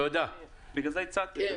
לכן הצעתי.